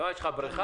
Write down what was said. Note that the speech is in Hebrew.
למה, יש לך בריכה?